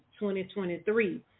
2023